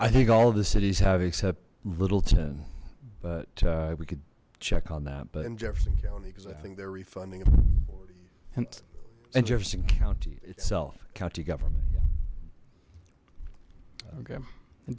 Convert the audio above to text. i think all of the cities have except littleton but we could check on that but in jefferson county because i think they're refunding and in jefferson county itself county government yeah okay in